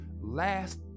last